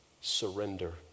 surrender